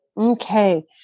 Okay